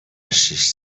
شیش